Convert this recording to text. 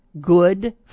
good